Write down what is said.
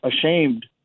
ashamed